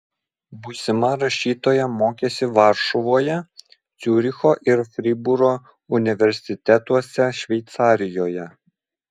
būsima rašytoja mokėsi varšuvoje ciuricho ir fribūro universitetuose šveicarijoje